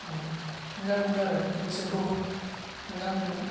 ओ मोजां मोनो आरो गोसोखौबो मोजां मोनो